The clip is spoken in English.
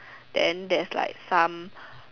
then there's like some